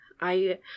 I-